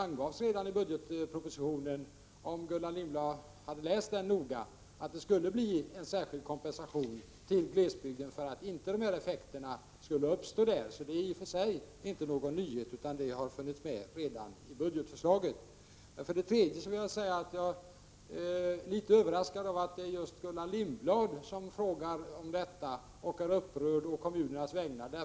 angavs redan i budgetpropositionen, som Gullan Lindblad sett om hon hade läst den noga, att det skulle bli en särskild kompensation för glesbygden för att dessa effekter inte skulle uppstå där. Det är i och för sig inte någonting nytt utan fanns med redan i budgetförslaget. För det tredje kan jag säga att jag är litet överraskad att det just är Gullan Lindblad som frågar om detta och är upprörd å kommunernas vägnar.